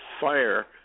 Fire